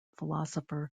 philosopher